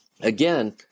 again